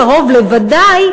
קרוב לוודאי,